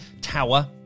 tower